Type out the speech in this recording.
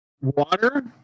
water